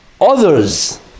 others